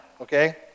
okay